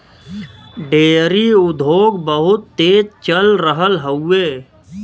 dairy उद्योग बहुत तेज चल रहल हउवे